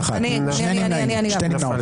הצבעה לא אושרה נפל.